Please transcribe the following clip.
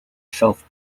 self